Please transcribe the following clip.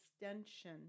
extension